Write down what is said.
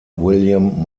william